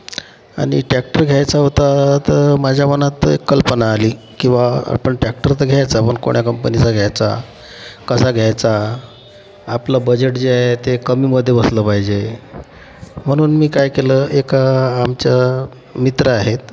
आणि टॅक्टर घ्यायचा होता तर माझ्या मनात एक कल्पना आली की बा आपण टॅक्टर तर घ्यायचा पण कोण्या कंपनीचा घ्यायचा कसा घ्यायचा आपलं बजेट जे आहे ते कमीमध्ये बसलं पाहिजे म्हणून मी काय केलं एक आमचे मित्र आहेत